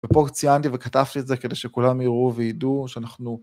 ופה ציינתי וכתבתי את זה כדי שכולם יראו ויידעו שאנחנו...